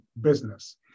business